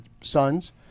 sons